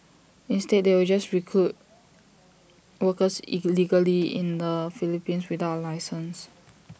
instead they will just recruit workers illegally in the Philippines without A licence